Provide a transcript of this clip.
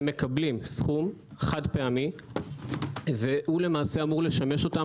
ומקבלים סכום חד-פעמי שאמור לשמש אותם